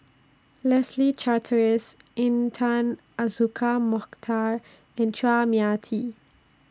Leslie Charteris Intan Azura Mokhtar and Chua Mia Tee